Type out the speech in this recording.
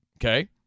okay